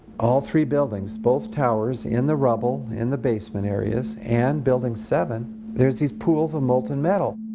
all three buildings, both towers in the rubble, in the basement areas, and building seven there's these pools of molten metal.